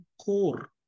core